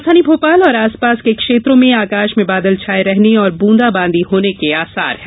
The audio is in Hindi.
राजधानी भोपाल और आसपास के क्षेत्रों में आकाश में बादल छाये रहने और बूंदा बांदी होने के आसार हैं